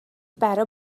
برا